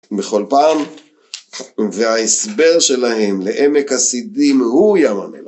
בכל פעם, וההסבר שלהם לעמק השידים הוא ים המלח